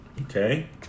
Okay